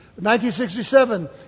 1967